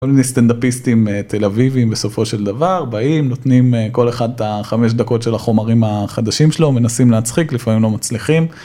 סטנדאפיסטים תל אביבים בסופו של דבר באים נותנים כל אחד את החמש דקות של החומרים החדשים שלו מנסים להצחיק לפעמים לא מצליחים.